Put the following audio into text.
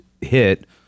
hit